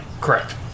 Correct